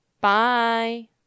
Bye